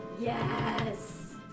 Yes